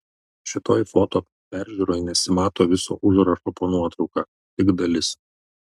šitoj foto peržiūroj nesimato viso užrašo po nuotrauka tik dalis